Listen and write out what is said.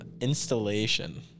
installation